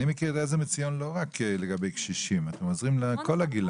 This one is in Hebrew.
אני מכיר ש- ׳עזר מציון׳ לא מסייעים רק לקשישים אלא לכל הגילאים.